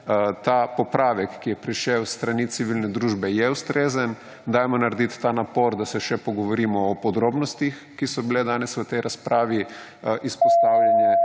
ta popravek, ki je prišel s strani civilne družbe, je ustrezen. Dajmo narediti ta napor, da se še pogovorimo o podrobnostih, ki so bile danes v tej razpravi izpostavljene.